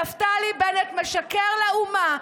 שנפתלי בנט משקר לאומה,